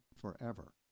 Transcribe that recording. forever